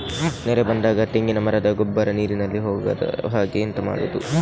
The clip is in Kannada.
ನೆರೆ ಬಂದಾಗ ತೆಂಗಿನ ಮರದ ಗೊಬ್ಬರ ನೀರಿನಲ್ಲಿ ಹೋಗದ ಹಾಗೆ ಎಂತ ಮಾಡೋದು?